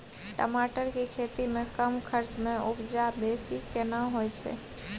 टमाटर के खेती में कम खर्च में उपजा बेसी केना होय है?